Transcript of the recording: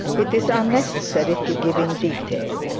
it is unnecessary to give in detail.